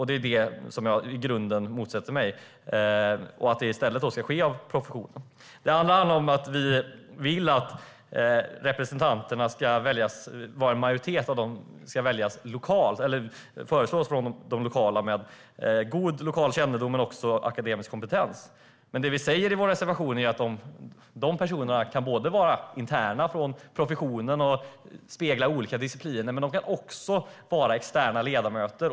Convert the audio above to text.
Det är detta jag i grunden motsätter mig. Det ska i stället göras av professionen. Det andra handlar om att vi vill att en majoritet av representanterna ska föreslås lokalt och ha god lokal kännedom men också akademisk kompetens. Det vi säger i vår reservation är att de personerna kan vara interna från professionen och spegla olika discipliner men de kan också vara externa ledamöter.